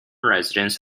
residence